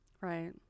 Right